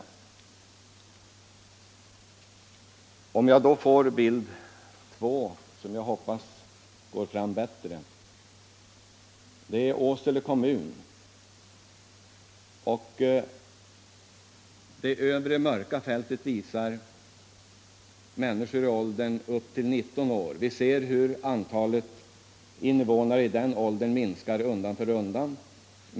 Den andra bilden föreställer Åsele kommun. Det övre mörka fältet visar antalet människor upp till en ålder av 19 år. Vi ser hur antalet invånare i den åldern minskar undan för undan.